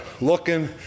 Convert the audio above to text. looking